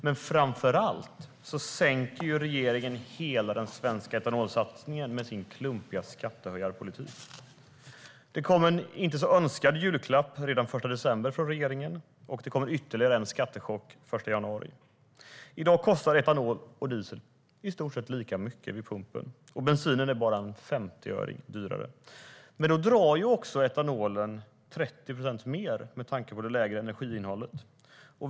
Men framför allt sänker regeringen hela den svenska etanolsatsningen med sin klumpiga skattehöjarpolitik. Det kom en inte så önskad julklapp redan den 1 december från regeringen, och det kommer ytterligare en skattechock den 1 januari. I dag kostar etanol och diesel i stort sett lika mycket vid pumpen, och bensinen är bara en femtioöring dyrare. Men då drar också etanolen 30 procent mer på grund av det lägre energiinnehållet.